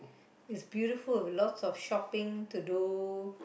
it's beautiful lots of shopping to do